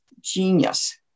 genius